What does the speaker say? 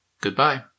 Goodbye